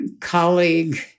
colleague